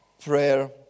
Prayer